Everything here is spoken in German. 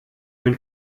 ein